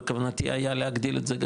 בכוונתי היה להגדיל את זה,